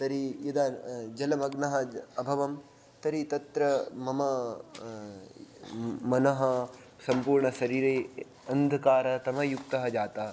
तर्हि यदा जलमग्नः अभवम् तर्हि तत्र मम मनः सम्पूर्णशरीरे अन्धकारतमयुक्तः जातः